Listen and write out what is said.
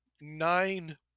Nine